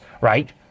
right